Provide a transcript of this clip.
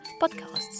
podcasts